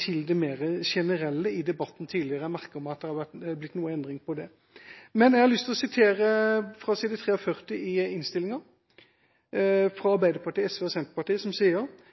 til det mer generelle i debatten tidligere. Jeg merker meg at det har blitt noe endring på det. Jeg har lyst til å sitere fra side 43 i innstillinga, hvor Arbeiderpartiet, SV og Senterpartiet sier: